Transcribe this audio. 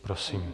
Prosím.